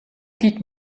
quitte